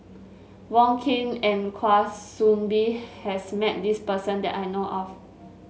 Wong Keen and Kwa Soon Bee has met this person that I know of